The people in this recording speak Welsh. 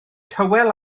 tywel